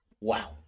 Wow